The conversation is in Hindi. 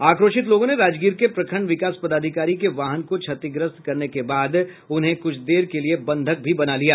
आक्रोशित लोगों ने राजगीर के प्रखंड विकास पदाधिकारी के वाहन को क्षतिग्रस्त करने के बाद उन्हें कुछ देर के लिए बंधक भी बना लिया